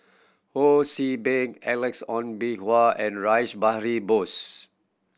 Ho See Beng Alex Ong Boon Hau and Rash Behari Bose